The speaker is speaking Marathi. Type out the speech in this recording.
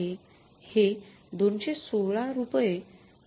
हे 216 रुपये आहे